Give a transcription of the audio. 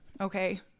Okay